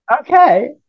Okay